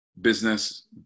business